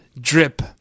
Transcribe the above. Drip